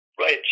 Right